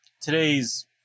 today's